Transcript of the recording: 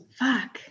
fuck